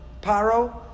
Paro